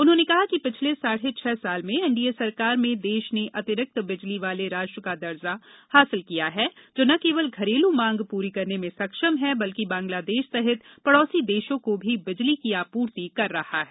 उन्होंने कहा कि पिछले साढ़े छह साल में एनडीए सरकार में देश ने अतिरिक्ते बिजली वाले राष्ट्र का दर्जा हासिल किया है जो न केवल घरेलू मांग पूरी करने में सक्षम है बल्कि बांग्लादेश सहित पड़ोसी देशों को भी बिजली की आपूर्ति कर रहा है